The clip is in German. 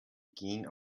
gen